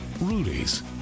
Rudy's